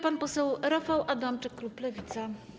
Pan poseł Rafał Adamczyk, klub Lewica.